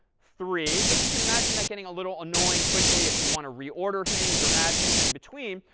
three, but you can imagine that getting a little annoying quickly if you want to reorder things or add things in between.